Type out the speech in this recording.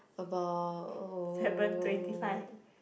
about